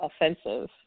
offensive